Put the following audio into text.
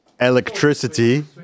electricity